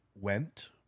went